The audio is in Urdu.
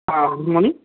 a good morning